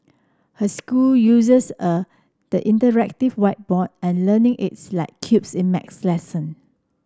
her school uses a the interactive whiteboard and learning aids like cubes in maths lesson